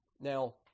Now